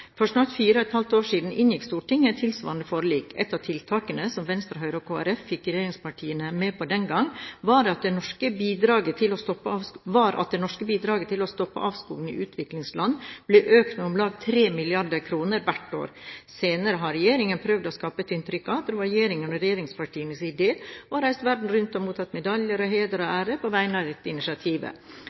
For snart fire og et halvt år siden inngikk Stortinget tilsvarende forlik. Et av tiltakene som Venstre, Høyre og Kristelig Folkeparti fikk regjeringspartiene med på den gang, var at det norske bidraget til å stoppe avskoging i utviklingsland ble økt med om lag 3 mrd. kr hvert år. Senere har regjeringen prøvd å skape et inntrykk av at det var regjeringens og regjeringspartienes idé og har reist verden rundt og mottatt medaljer og heder og ære på vegne av dette initiativet.